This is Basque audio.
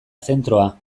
zentroa